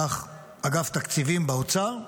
כך אגף תקציבים באוצר,